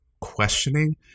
questioning